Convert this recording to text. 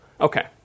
Okay